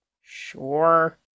Sure